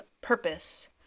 purpose